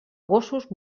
gossos